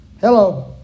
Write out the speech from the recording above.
Hello